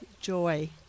joy